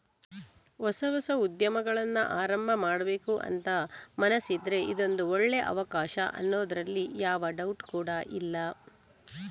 ಹೊಸ ಹೊಸ ಉದ್ಯಮಗಳನ್ನ ಆರಂಭ ಮಾಡ್ಬೇಕು ಅಂತ ಮನಸಿದ್ರೆ ಇದೊಂದು ಒಳ್ಳೇ ಅವಕಾಶ ಅನ್ನೋದ್ರಲ್ಲಿ ಯಾವ ಡೌಟ್ ಕೂಡಾ ಇಲ್ಲ